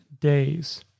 days